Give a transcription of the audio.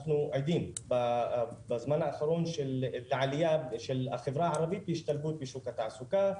אנחנו עדים בזמן האחרון לעלייה של החברה הערבית להשתלבות בשוק התעסוקה,